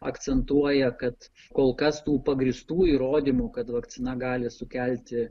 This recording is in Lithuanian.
akcentuoja kad kol kas tų pagrįstų įrodymų kad vakcina gali sukelti